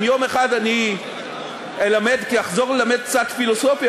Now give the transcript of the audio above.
אם יום אחד אני אחזור ללמד קצת פילוסופיה